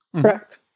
Correct